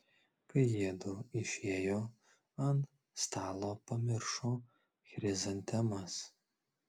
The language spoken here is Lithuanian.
kai jiedu išėjo ant stalo pamiršo chrizantemas